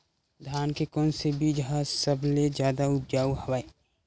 धान के कोन से बीज ह सबले जादा ऊपजाऊ हवय?